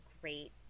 great